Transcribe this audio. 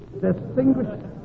Distinguished